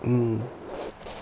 mm